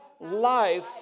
Life